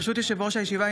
ברשות יושב-ראש הישיבה,